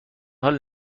حال